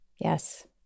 Yes